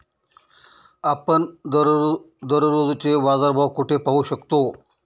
आपण दररोजचे बाजारभाव कोठे पाहू शकतो?